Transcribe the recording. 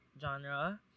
genre